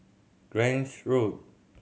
Grange Road